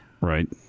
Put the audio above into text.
Right